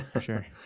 Sure